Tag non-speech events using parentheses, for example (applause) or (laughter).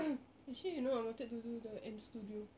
(coughs) actually you know I wanted to do the M studio